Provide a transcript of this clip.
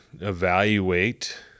evaluate